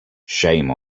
shame